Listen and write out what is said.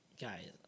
Guys